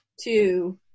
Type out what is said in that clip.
two